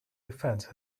defence